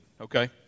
okay